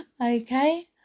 okay